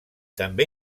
també